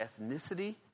ethnicity